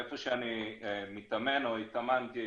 איפה שאני מתאמן או התאמנתי,